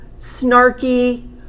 snarky